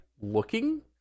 looking